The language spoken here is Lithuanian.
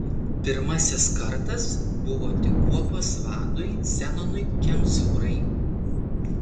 pirmasis kartas buvo tik kuopos vadui zenonui kemzūrai